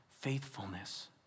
faithfulness